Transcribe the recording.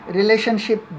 relationship